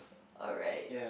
alright